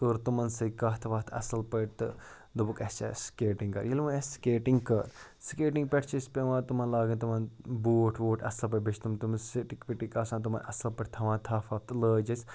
کٔر تِمَن سۭتۍ کَتھ وَتھ اَصٕل پٲٹھۍ تہٕ دوٚپُکھ اَسہِ چھےٚ سٕکیٹِنٛگ کَرٕنۍ ییٚلہِ وَ اَسہِ سٕکیٹِنٛگ کٔر سٕکیٹِنٛگ پٮ۪ٹھ چھِ اَسہِ پٮ۪وان تِمَن لاگٕنۍ تِمَن بوٗٹھ ووٗٹھ اَصٕل پٲٹھۍ بیٚیہِ چھِ تِم تٔمِس سِٹِک وِٹِک آسان تِمَن اَصٕل پٲٹھۍ تھاوان تھپھ وَپھ تہٕ لٲج اَسہِ